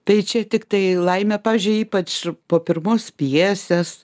tai čia tiktai laimė pavyzdžiui ypač po pirmos pjesės